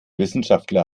wissenschaftler